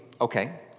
okay